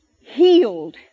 healed